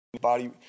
body